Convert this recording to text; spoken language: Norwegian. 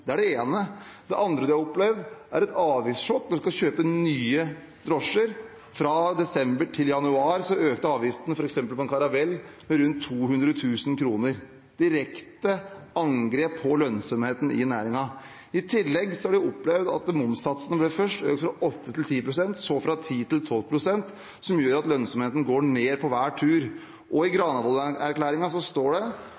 Det er det ene. Det andre de har opplevd, er et avgiftssjokk når de skal kjøpe nye drosjer. Fra desember til januar økte f.eks. avgiften på en Caravelle med rundt 200 000 kr – et direkte angrep på lønnsomheten i næringen. I tillegg har de opplevd at momssatsene først ble økt fra 8 til 10 pst., så fra 10 til 12 pst., noe som gjør at lønnsomheten går ned på hver tur. I